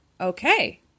Okay